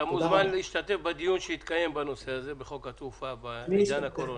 אתה מוזמן להשתתף בדיון שיתקיים בנושא חוק התעופה בעידן הקורונה.